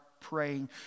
praying